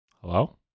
Hello